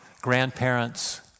grandparents